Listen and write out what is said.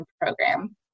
program